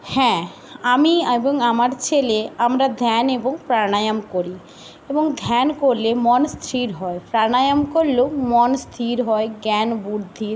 হ্যাঁ আমি এবং আমার ছেলে আমরা ধ্যান এবং প্রাণায়াম করি এবং ধ্যান করলে মন স্থির হয় প্রাণায়াম করলেও মন স্থির হয় জ্ঞান বুদ্ধি